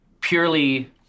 purely